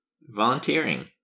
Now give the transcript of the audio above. Volunteering